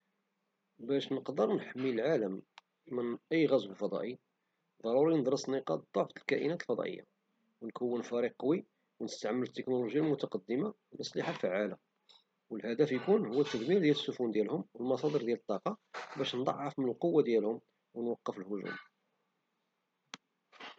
باش نقدر نحمي العالم من أي غزو فضائي فضروري ندرس نقاط ضعف الكائنات الفضائية ونكون فريق قوي ونستعمل التكونولوجية المتقدمة والأسلحة الفعالة والهدف يكون هو التدمير ديال السفن ديالهم والمصادر ديال الطاقة باش نضعف من القوة ديالهم ونوقف الهجوم.